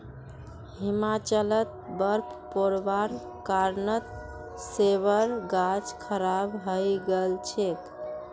हिमाचलत बर्फ़ पोरवार कारणत सेबेर गाछ खराब हई गेल छेक